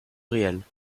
réel